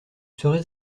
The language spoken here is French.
serez